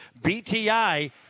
BTI